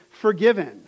forgiven